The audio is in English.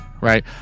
right